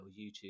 YouTube